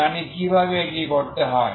আমরা জানি কিভাবে এটি করতে হয়